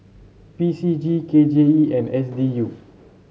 P C G K J E and S D U